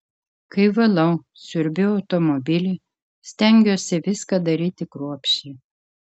kai valau siurbiu automobilį stengiuosi viską daryti kruopščiai